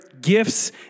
gifts